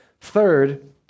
Third